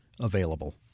available